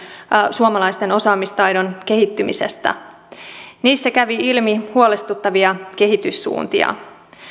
suomalaisten osaamistaidon kehittymisestä niissä kävi ilmi huolestuttavia kehityssuuntia